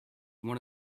one